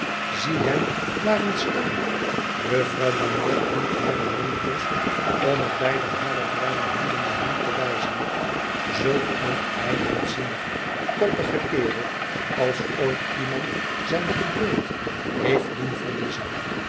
zie hem daar eens staan jufvrouw bagnet liet hare mand los om met beide hare bruine handen naar hem te wijzen zulk een eigenzinnige koppige kerel als ooit iemand zijn geduld heeft doen verliezen